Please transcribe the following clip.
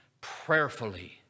prayerfully